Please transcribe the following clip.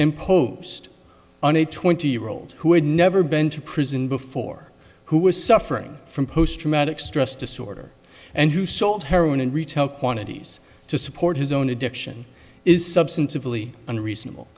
imposed on a twenty year old who had never been to prison before who was suffering from post traumatic stress disorder and who sold heroin in retail quantities to support his own addiction is substantively unreasonable